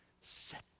set